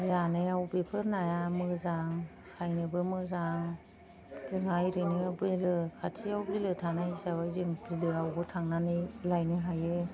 जानायाव बेफोर नाया मोजां सायनोबो मोजां जोंहा ओरैनो बिलो खाथियाव बिलो थानाय हिसाबै जों बिलोआवबो थांनानै लायनो हायो